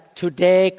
today